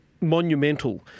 Monumental